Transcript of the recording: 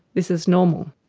this is normal.